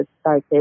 started